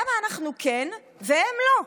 למה אנחנו כן, והם לא?